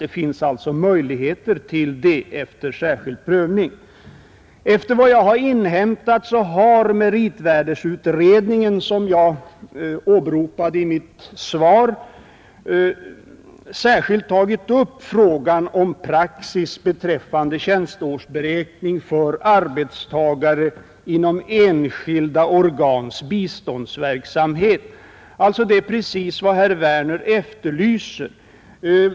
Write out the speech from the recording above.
Det finns alltså möjligheter till sådan tillgodoräkning efter särskild prövning. Enligt vad jag inhämtat har utredningen om meritvärdet av anställning inom biståndsverksamheten i u-länder, m.m., som jag åberopade i mitt svar särskilt tagit upp frågan om praxis beträffande tjänsteårsberäkning för arbetstagare inom enskilda organs biståndsverksamhet. Det är alltså precis det som herr Werner efterlyser.